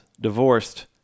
divorced